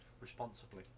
responsibly